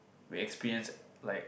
we experience like